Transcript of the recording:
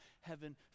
heaven